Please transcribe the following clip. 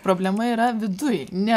problema yra viduj ne